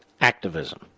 Activism